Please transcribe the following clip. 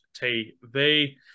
TV